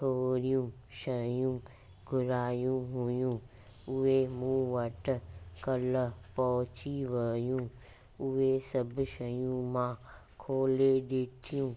थोरियूं शयूं घुरायूं हुयूं उहे मूं वटि कल्ह पहुची वयूं उहे सभु शयूं मां खोले ॾिठियूं